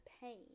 pain